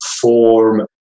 form